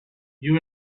you